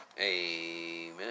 Amen